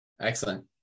excellent